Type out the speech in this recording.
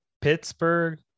Pittsburgh